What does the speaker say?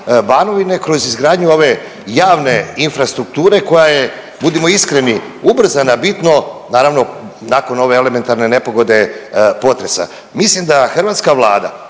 Banovine kroz izgradnju ove javne infrastrukture koja je budimo iskreni ubrzana bitno, naravno nakon ove elementarne nepogode potresa. Mislim da hrvatska Vlada